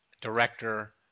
director